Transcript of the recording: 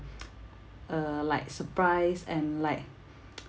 uh like surprised and like